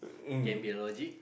can be a logic